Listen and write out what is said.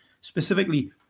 specifically